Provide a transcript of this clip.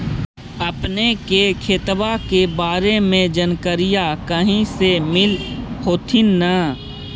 अपने के खेतबा के बारे मे जनकरीया कही से मिल होथिं न?